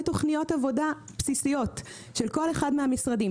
תוכניות עבודה בסיסיות של כל אחד מהמשרדים,